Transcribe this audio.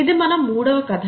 ఇది మన మూడవ కథ